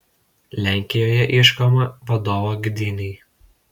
lenkijoje ieškoma vadovo gdynei